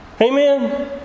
Amen